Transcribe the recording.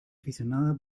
aficionada